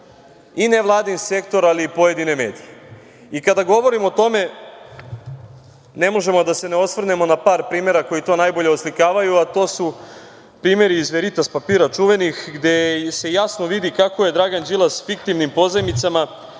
i nevladin sektor, ali i pojedine medije.I kada govorimo o tome ne možemo, a da se ne osvrnemo na par primera koji to najbolje oslikavaju, a to su primeri iz „Veritas papira“ čuvenih gde se jasno vidi kako je Dragan Đilas fiktivnim pozajmicama,